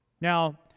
Now